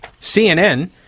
CNN